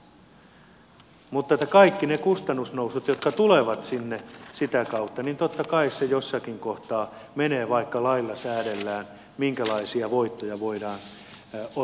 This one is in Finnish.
mutta kaikki ne kustannusnousut jotka tulevat sinne sitä kautta totta kai jossakin kohtaa menevät vaikka lailla säädellään minkälaisia voittoja voidaan ottaa